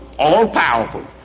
All-powerful